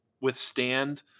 withstand